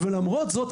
ולמרות זאת,